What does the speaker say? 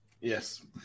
Yes